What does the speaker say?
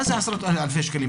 מה זה עשרות אלפי שקלים?